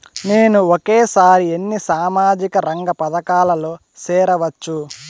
నేను ఒకేసారి ఎన్ని సామాజిక రంగ పథకాలలో సేరవచ్చు?